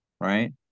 right